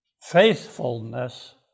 faithfulness